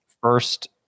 first